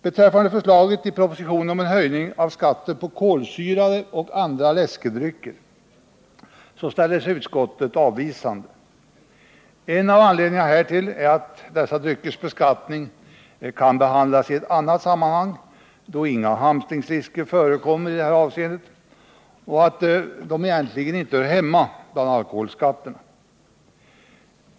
Beträffande förslaget i propositionen om höjning av skatten på kolsyrade och andra läskedrycker ställer sig utskottet avvisande. En av anledningarna härtill är att dessa dryckers beskattning kan behandlas i annat sammanhang, då inga hamstringsrisker förekommer i detta avseende och den beskattningen egentligen inte hör hemma bland alkoholskatterna.